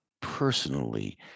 personally